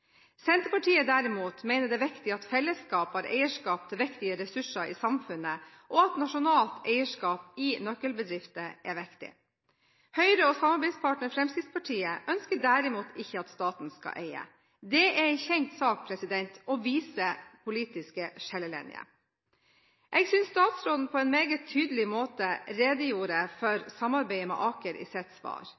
Senterpartiet derimot mener det er viktig at fellesskapet har eierskap til viktige ressurser i samfunnet, og at nasjonalt eierskap i nøkkelbedrifter er viktig. Høyre og samarbeidspartner Fremskrittspartiet ønsker derimot ikke at staten skal eie. Det er en kjent sak, og viser politiske skillelinjer. Jeg synes statsråden på en meget tydelig måte redegjorde for samarbeidet med Aker i sitt svar.